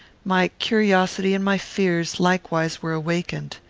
my curiosity and my fears likewise were awakened.